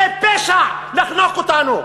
זה פשע לחנוק אותנו.